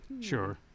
sure